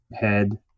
head